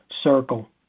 Circle